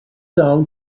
down